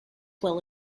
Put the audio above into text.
well